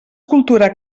cultura